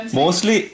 mostly